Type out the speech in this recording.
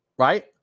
Right